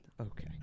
Okay